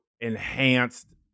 enhanced